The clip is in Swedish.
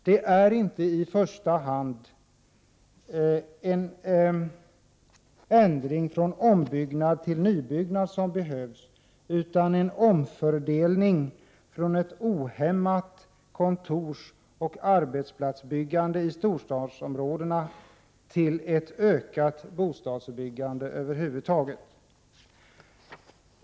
Det är inte i första hand en ändring från ombyggnad till nybyggnad som behövs utan en omfördelning från ett ohämmat kontorsoch arbetsplatsbyggande i storstadsområdena till ett ökat bostadsbyggande över huvud taget.